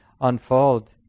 unfold